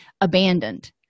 abandoned